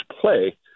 play